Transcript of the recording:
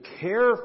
care